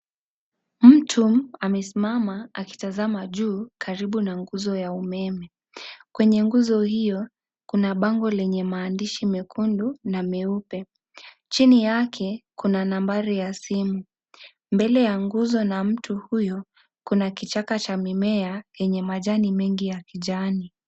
Mtu amesimama akitazama juu karibu na nguzo ya umeme. Kwenye nguzo hiyo kuna bango lenye maandishi mekundu na meupe. Chini yake kuna nambari ya simu. Mbele ya nguzo na mtu huyu kuna kichaka cha mimea yenye majani mengi ya kijani.